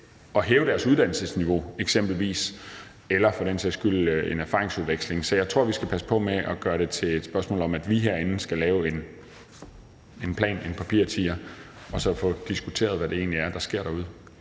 at hæve deres uddannelsesniveau eller for den sags skyld lave en erfaringsudveksling. Så jeg tror, vi skal passe på med at gøre det til et spørgsmål om, at vi herinde skal lave en plan, en papirtiger, og så i stedet få diskuteret, hvad det egentlig er, der sker derude.